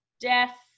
deaf